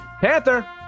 Panther